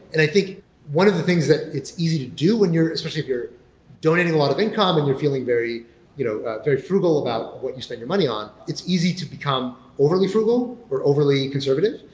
and i think one of the things that it's easy to do and especially if you're donating a lot of income and you're feeling very you know very frugal about what you spend your money on, it's easy to become overly frugal or overly conservative.